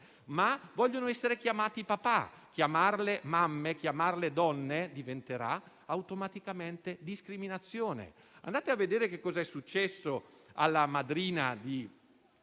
ma vogliono essere chiamate "papà" e chiamarle mamme o donne diventerà automaticamente discriminazione. Andate a vedere che cos'è successo alla madrina di